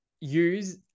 use